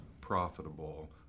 profitable